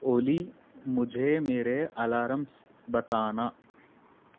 اولی مجھے میرے الارمس بتانا